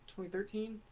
2013